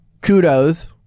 kudos